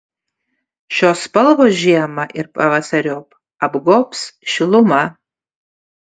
šios spalvos žiemą ir pavasariop apgobs šiluma